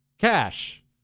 Cash